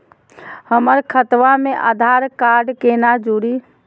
हमर खतवा मे आधार कार्ड केना जुड़ी?